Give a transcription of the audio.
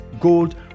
gold